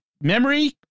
memory